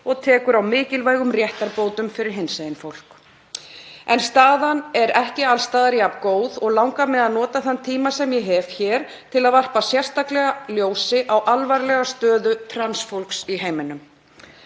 og tekur á mikilvægum réttarbótum fyrir hinsegin fólk. En staðan er ekki alls staðar jafn góð og langar mig að nota þann tíma sem ég hef hér til að varpa sérstaklega ljósi á alvarlega stöðu trans fólks í heiminum.